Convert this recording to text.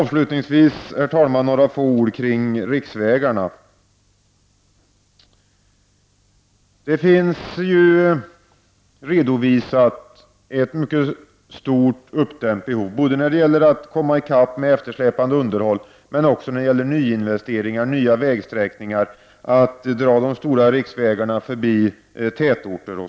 Avslutningsvis vill jag säga några få ord om riksvägarna. Det finns redovisat ett stort uppdämt behov av att komma i kapp med eftersläpande underhåll och också nyinvestera i nya vägsträckningar, t.ex. att förlägga de stora riksvägarna utanför tätorter.